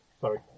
Sorry